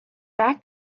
that